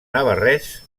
navarrès